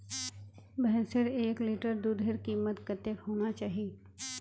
भैंसेर एक लीटर दूधेर कीमत कतेक होना चही?